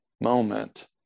moment